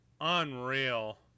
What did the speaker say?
Unreal